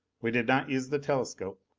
we did not use the telescope,